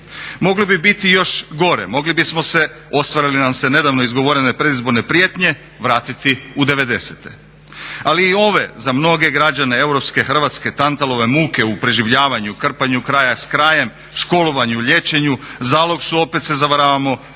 Moglo bi biti i još gore. Mogli bismo se ostvare li nam se nedavno izgovorene predizborne prijetnje vratiti u devedesete. Ali i ove za mnoge građane europske Hrvatske Tantalove muke u preživljavanju, krpanju kraja s krajem, školovanju i liječenju zalog su opet se zavaravamo za